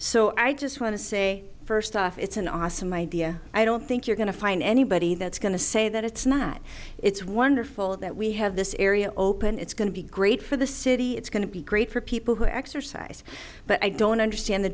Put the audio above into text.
so i just want to say first off it's an awesome idea i don't think you're going to find anybody that's going to say that it's not it's wonderful that we have this area open it's going to be great for the city it's going to be great for people who exercise but i don't understand the